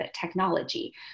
technology